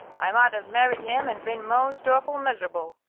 i might have married him and been most awful miserable,